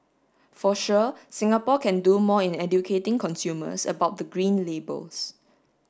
for sure Singapore can do more in educating consumers about the green labels